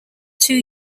two